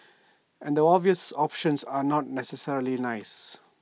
and the obvious options are not necessarily nice